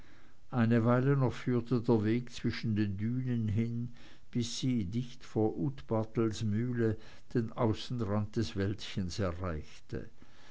eine weile noch führte der weg zwischen dünen hin bis sie dicht vor utpatels mühle den außenrand des wäldchens erreichte